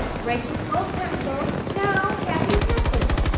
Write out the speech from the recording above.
rachel's gold pencil. now, kathy's necklace.